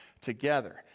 together